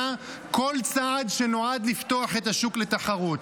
כל צעד שנועד לפתוח את השוק לתחרות.